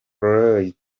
playoffs